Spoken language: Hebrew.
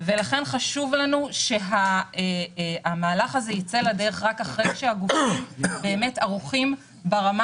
ולכן חשוב לנו שהמהלך הזה ייצא לדרך רק אחרי שהגופים באמת ערוכים ברמה